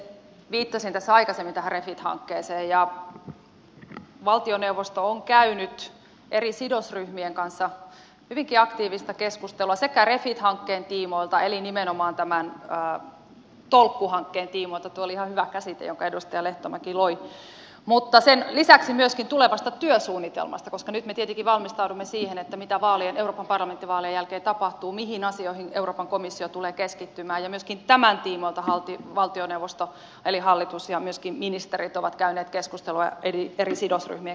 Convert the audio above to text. viittasin tässä aikaisemmin tähän refit hankkeeseen ja valtioneuvosto on käynyt eri sidosryhmien kanssa hyvinkin aktiivista keskustelua sekä refit hankkeen tiimoilta eli nimenomaan tämän tolkkuhankkeen tiimoilta tuo oli ihan hyvä käsite jonka edustaja lehtomäki loi että sen lisäksi myöskin tulevasta työsuunnitelmasta koska nyt me tietenkin valmistaudumme siihen mitä euroopan parlamenttivaalien jälkeen tapahtuu mihin asioihin euroopan komissio tulee keskittymään ja myöskin tämän tiimoilta valtioneuvosto eli hallitus ja myöskin ministerit ovat käyneet keskustelua eri sidosryhmien kanssa